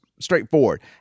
straightforward